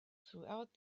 throughout